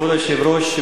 כבוד היושב-ראש,